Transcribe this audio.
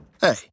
Hey